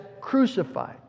crucified